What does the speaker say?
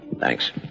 Thanks